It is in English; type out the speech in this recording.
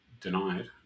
denied